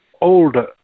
older